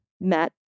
met